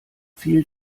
viel